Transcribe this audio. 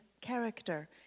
character